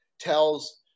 tells